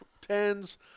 tens